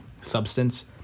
substance